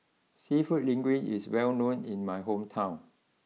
Seafood Linguine is well known in my hometown